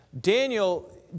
Daniel